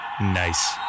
Nice